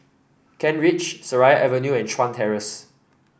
Kent Ridge Seraya Avenue and Chuan Terrace